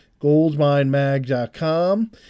goldminemag.com